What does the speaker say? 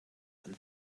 and